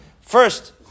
First